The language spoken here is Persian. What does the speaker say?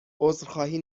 عذرخواهی